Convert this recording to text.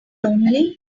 lonely